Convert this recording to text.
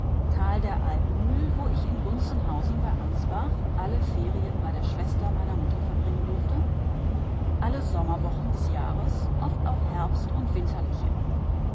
der altmühl wo ich in gunzenhausen bei ansbach alle ferien bei der schwester meiner mutter verbringen durfte alle sommerwochen des jahres oft auch herbst und winterliche